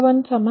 18 Pg141